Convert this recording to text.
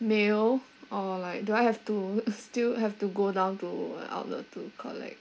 mail or like do I have to still have to go down to the outlet to collect